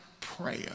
prayer